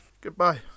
Goodbye